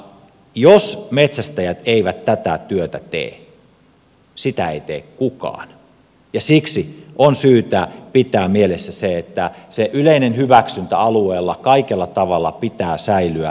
jos metsästäjät eivät tätä työtä tee sitä ei tee kukaan ja siksi on syytä pitää mielessä se että yleisen hyväksynnän alueella kaikella tavalla pitää säilyä